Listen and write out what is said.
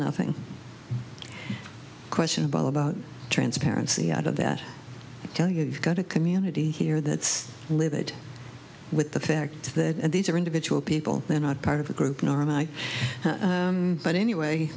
nothing questionable about transparency i out of that tell you've got a community here that's livid with the fact that these are individual people they're not part of the group nor am i but anyway